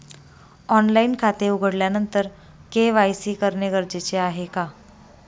Online खाते उघडल्यानंतर KYC करणे गरजेचे आहे का?